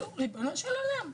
ריבונו של עולם,